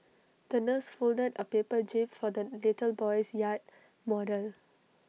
the nurse folded A paper jib for the little boy's yacht model